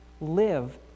live